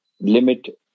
limit